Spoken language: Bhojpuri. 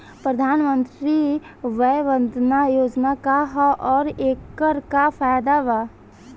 प्रधानमंत्री वय वन्दना योजना का ह आउर एकर का फायदा बा?